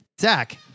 Zach